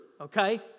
okay